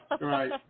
Right